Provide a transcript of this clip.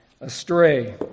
astray